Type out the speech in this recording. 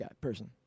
person